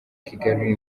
kigali